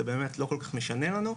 זה באמת לא כל כך משנה לנו,